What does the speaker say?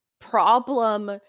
problem